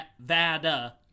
vada